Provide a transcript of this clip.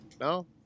No